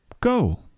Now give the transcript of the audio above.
Go